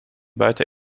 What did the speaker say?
buiten